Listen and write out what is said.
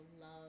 love